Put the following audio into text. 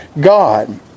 God